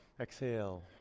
Exhale